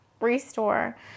Restore